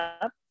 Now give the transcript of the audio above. up